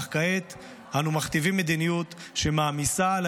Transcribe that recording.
אך כעת אנו מכתיבים מדיניות שמעמיסה על